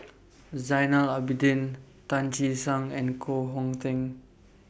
Zainal Abidin Tan Che Sang and Koh Hong Teng